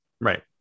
Right